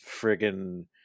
friggin